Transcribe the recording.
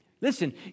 Listen